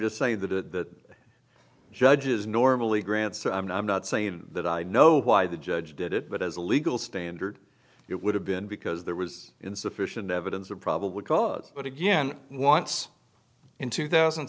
just say the judges normally grant so i'm not i'm not saying that i know why the judge did it but as a legal standard it would have been because there was insufficient evidence of probable cause but again once in two thousand